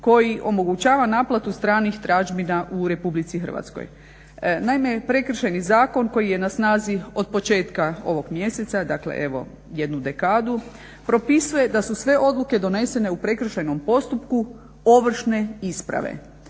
koji omogućava naplatu stranih tražbina u RH. Naime, Prekršajni zakon koji je na snazi od početka ovog mjeseca dakle jednu dekadu, propisuje da su sve odluke donesene u prekršajnom postupku ovršne isprave